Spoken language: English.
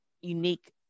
unique